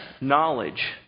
knowledge